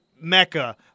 mecca